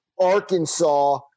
Arkansas